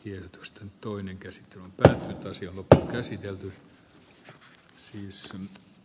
kirjoitusten toinen mutta hyvä että edes nyt